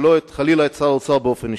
ולא חלילה את שר האוצר באופן אישי.